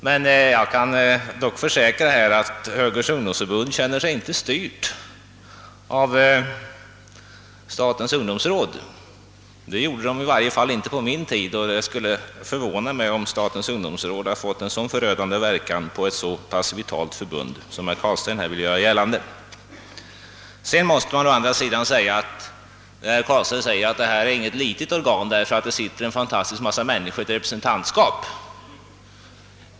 Men jag kan försäkra att Högerns ungdomsförbund åtminstone på min tid inte kände sig »styrt» av statens ungdomsråd, och det skulle förvåna mig om statens ungdomsråd fått en så förödande verkan på detta vitala förbund som herr Carlstein vill göra gällande. Herr Carlstein säger att detta inte är något litet organ, då det sitter en mängd människor i ett representantskap.